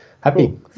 happy